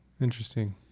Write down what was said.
Interesting